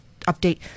update